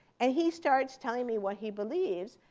and he starts telling me what he believes,